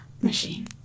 machine